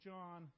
John